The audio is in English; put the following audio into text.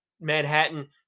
Manhattan